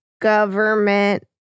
government